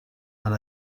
and